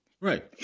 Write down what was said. Right